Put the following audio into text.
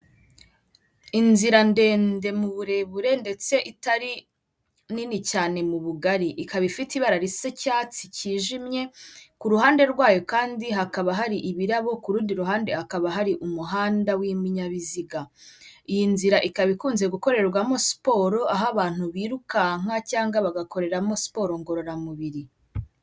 Inzira ndende mu burebure ndetse itari nini cyane mu bugari, ikaba ifite ibara risa icyatsi cyijimye, ku ruhande rwayo kandi hakaba hari ibirabo kundi ruhande hakaba hari umuhanda w'ibinyabiziga. Iyi nzira ikaba ikunze gukorerwamo siporo aho abantu birukanka cyangwa bagakoreramo siporo ngororamubiri.